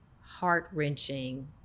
heart-wrenching